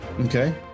Okay